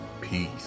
Peace